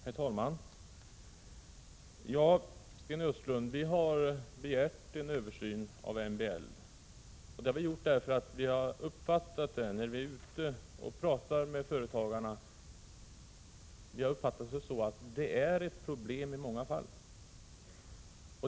Herr talman! Ja, Sten Östlund, vi har begärt en översyn av MBL. Det har vi gjort därför att vi, när vi har varit ute och pratat med företagarna, har uppfattat att den innebär problem i många fall.